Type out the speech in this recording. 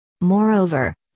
Moreover